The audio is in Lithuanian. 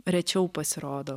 rečiau pasirodo